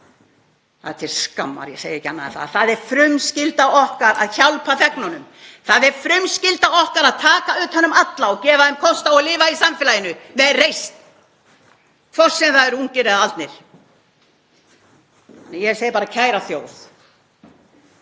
er til skammar. Ég segi ekki annað en það. Það er frumskylda okkar að hjálpa þegnunum. Það er frumskylda okkar að taka utan um alla og gefa þeim kost á að lifa í samfélaginu með reisn, hvort sem það eru ungir eða aldnir. Ég segi bara: Kæra þjóð.